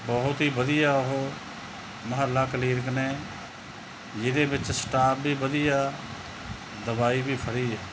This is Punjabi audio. ਬਹੁਤ ਹੀ ਵਧੀਆ ਉਹ ਮੁਹੱਲਾ ਕਲੀਨਿਕ ਨੇ ਜਿਹਦੇ ਵਿੱਚ ਸਟਾਫ਼ ਵੀ ਵਧੀਆ ਦਵਾਈ ਵੀ ਫਰੀ ਆ